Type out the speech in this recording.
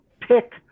pick